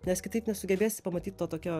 nes kitaip nesugebėsi pamatyt to tokio